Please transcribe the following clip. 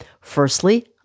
Firstly